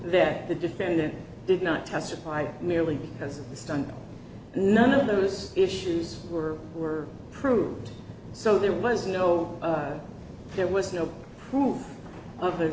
that the defendant did not testify merely because of the stand none of those issues were were proof so there was no there was no proof of th